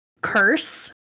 curse